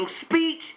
speech